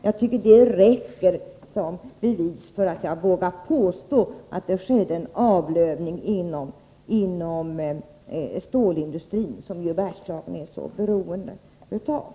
Jag tycker det räcker som bevis för att jag skall våga påstå att det skedde en avlövning inom stålindustrin, som ju Bergslagen är så beroende av.